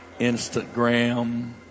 Instagram